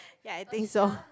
ya I think so